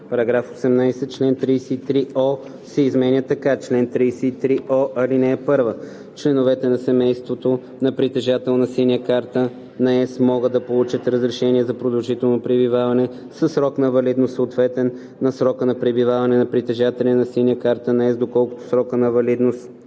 § 18: „§ 18. Член 33о се изменя така: „Чл. 33о. (1) Членовете на семейството на притежател на „Синя карта на ЕС“ могат да получат разрешение за продължително пребиваване със срок на валидност, съответен на срока на пребиваване на притежателя на „Синя карта на ЕС“, доколкото срокът на валидност